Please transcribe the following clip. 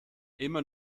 immer